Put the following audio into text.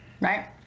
right